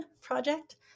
Project